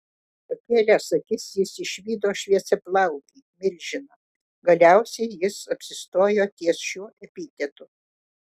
pakėlęs akis jis išvydo šviesiaplaukį milžiną galiausiai jis apsistojo ties šiuo epitetu